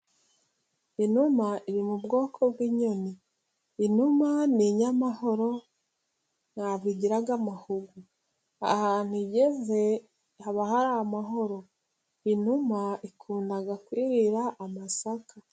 Inuma iri mu bwoko bw'inyoni, inuma ni inyamahoro ntabwo igira amahugu ,ahantu igeze haba hari amahoro inuma ikunda kwirira amasaka.